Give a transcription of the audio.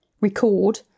record